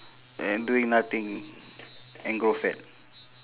and doing nothing and grow fat